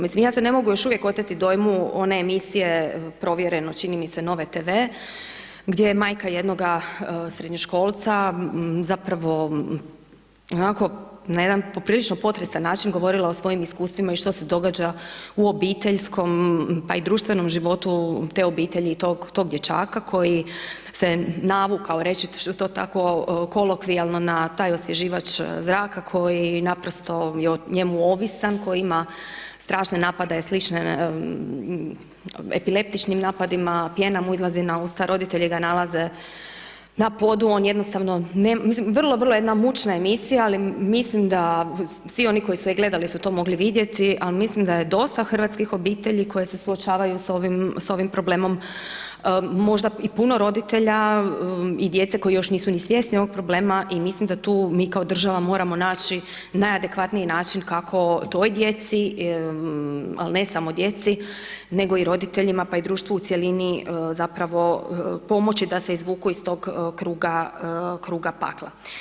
Mislim ja se ne mogu još uvijek oteti dojmu one emisije Provjereno, čini mi se, Nove TV gdje je majka jednoga srednjoškolca zapravo onako na jedan poprilično potresan način govorila o svojim iskustvima i što se događa u obiteljskom, pa i društvenom životu te obitelji i tog dječaka koji se navukao, reći ću to tako, kolokvijalno na taj osvježivač zraka koji naprosto je o njemu ovisan, koji ima strašne napadaje slične epileptičnim napadima, pjena mu izlazi na usta, roditelji ga nalaze na podu, on jednostavno, ne, vrlo jedna mučna emisija, ali mislim da svi oni koji su je gledali su to mogli vidjeti, ali mislim da je dosta hrvatskih obitelji koji se suočavaju s ovim problemom, možda i puno roditelja i djece koji još nisu ni svjesni ovog problema i mislim da tu mi kao država moramo naći najadekvatniji način kako toj djeci, ali ne samo djeci nego i roditeljima pa i društvu u cjelini, zapravo pomoći da se izvuku iz tog kruga pakla.